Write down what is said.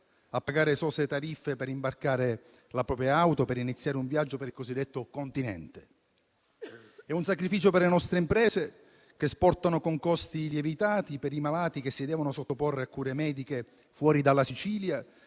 a pagare esose tariffe per imbarcare la propria auto per iniziare un viaggio per il cosiddetto continente; è un sacrificio per le nostre imprese che esportano con costi lievitati, per i malati che si devono sottoporre a cure mediche fuori dalla Sicilia